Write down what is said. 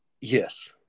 Yes